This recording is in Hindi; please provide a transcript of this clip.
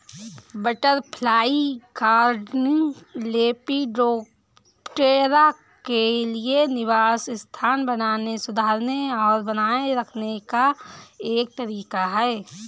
बटरफ्लाई गार्डनिंग, लेपिडोप्टेरा के लिए निवास स्थान बनाने, सुधारने और बनाए रखने का एक तरीका है